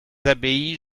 abbayes